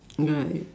right